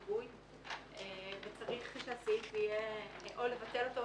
הוא שגוי וצריך יהיה לבטל את הסעיף או